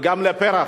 וגם לפרח,